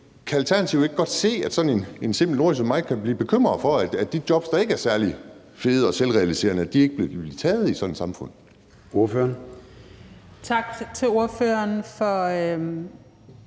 kan Alternativet ikke godt se, at sådan en simpel nordjyde som mig kan blive bekymret for, at de jobs, der ikke er særlig fede og selvrealiserende, ikke vil blive taget i sådan et samfund?